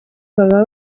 baba